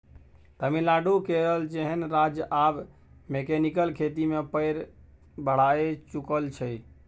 तमिलनाडु, केरल जेहन राज्य आब मैकेनिकल खेती मे पैर बढ़ाए चुकल छै